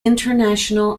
international